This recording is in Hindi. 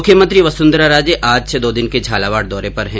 मुख्यमंत्री वसुंधरा राजे आज से दो दिन के झालावाड़ दौरे पर है